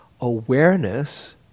awareness